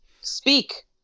Speak